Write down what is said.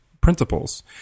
principles